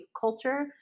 culture